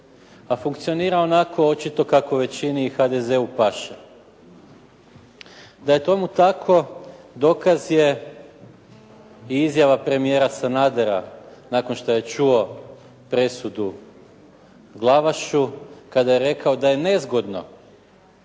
a funkcionira onako kako većini i HDZ-u paše. Da je tomu tako dokaz je i izjava premijera Sanadera nakon što je čuo presudu Glavašu kada je rekao da je nezgodno